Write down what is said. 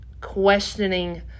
questioning